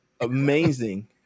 amazing